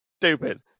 stupid